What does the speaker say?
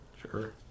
sure